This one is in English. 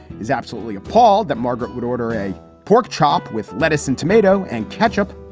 is absolutely appalled that margaret would order a pork chop with lettuce and tomato and ketchup.